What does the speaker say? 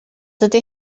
dydy